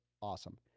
Awesome